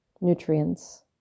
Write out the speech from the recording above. nutrients